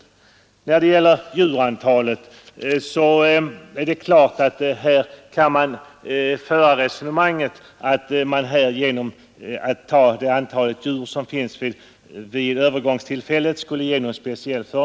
I fråga om djurantalet är det klart att det går att föra resonemanget att det skulle vara en förmån att få räkna med det antal djur som finns vid övergångstillfället.